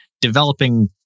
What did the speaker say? developing